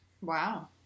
Wow